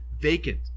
vacant